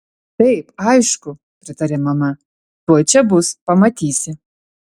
taip aišku pritarė mama tuoj čia bus pamatysi